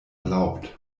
erlaubt